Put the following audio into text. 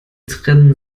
trennen